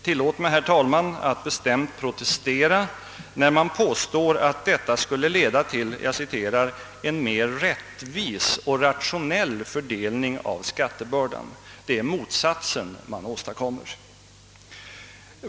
Tillåt mig bestämt protestera när man påstår att detta skulle leda till »en mer rättvis och rationell fördelning av skattebördan». Det är motsatsen man åstadkommer.